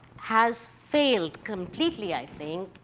has failed completely, i think,